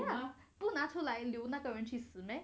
ya 不拿出来留那个人去死咩